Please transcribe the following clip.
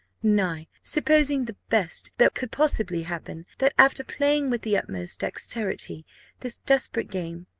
nay, supposing the best that could possibly happen that, after playing with the utmost dexterity this desperate game,